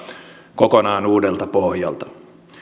kokonaan uudelta pohjalta